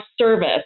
service